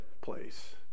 place